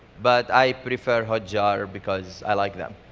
but i prefer hotjar because i like them.